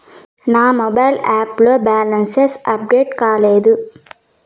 నా mobile app లో balance update కాలేదు